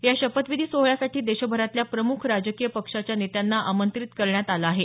या शपथविधी सोहळ्यासाठी देशभरातल्या प्रमुख राजकीय पक्षांच्या नेत्यांना आमंत्रित करण्यात आलं आहे